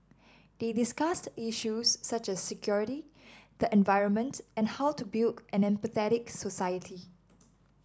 they discussed issues such as security the environment and how to build an empathetic society